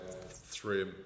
three